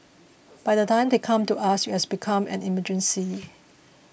by the time they come to us it has become an emergency